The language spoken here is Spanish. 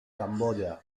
camboya